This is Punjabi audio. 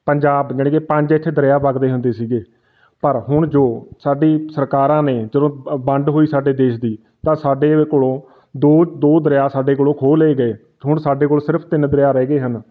ਪੰਜਾਬ ਜਾਣੀ ਕਿ ਪੰਜ ਇੱਥੇ ਦਰਿਆ ਵਗਦੇ ਹੁੰਦੇ ਸੀਗੇ ਪਰ ਹੁਣ ਜੋ ਸਾਡੀ ਸਰਕਾਰਾਂ ਨੇ ਜਦੋਂ ਵ ਵੰਡ ਹੋਈ ਸਾਡੇ ਦੇਸ਼ ਦੀ ਤਾਂ ਸਾਡੇ ਕੋਲੋਂ ਦੋ ਦੋ ਦਰਿਆ ਸਾਡੇ ਕੋਲੋਂ ਖੋਹ ਲਏ ਗਏ ਹੁਣ ਸਾਡੇ ਕੋਲ ਸਿਰਫ ਤਿੰਨ ਦਰਿਆ ਰਹਿ ਗਏ ਹਨ